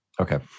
Okay